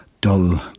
dull